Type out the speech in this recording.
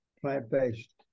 plant-based